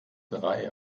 drei